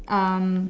um